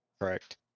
Correct